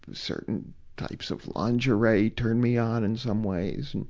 certain types of lingerie turn me on in some ways,